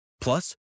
Plus